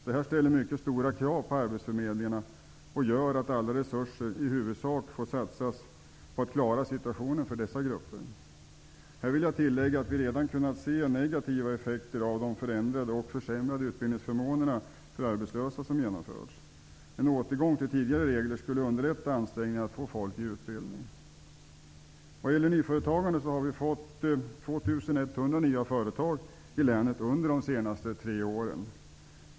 Detta ställer mycket stora krav på arbetsförmedlingarna och gör att alla resurser i huvudsak får satsas på att klara situationen för dessa grupper. Här vill jag tillägga att vi redan kunnat se negativa effekter av de förändrade och försämrade utbildningsförmåner för arbetslösa som genomförts. En återgång till tidigare regler skulle underlätta ansträngningarna att få folk i utbildning. Vad gäller nyföretagandet har vi fått 2 100 nya företag i länet under de senaste tre åren.